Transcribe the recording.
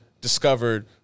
discovered